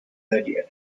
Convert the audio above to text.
earlier